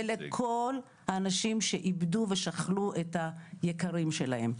ולכל האנשים שאיבדו ושכלו את היקרים שלהם.